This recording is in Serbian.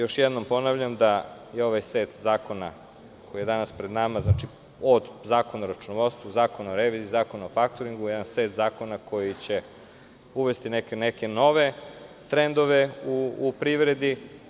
Još jednom ponavljam da je ovaj set zakona, koji je danas pred nama, znači od zakona o računovodstvu, Zakona o reviziji, Zakona o faktoringu, jedan set zakona koji će uvesti neke nove trendove u privredi.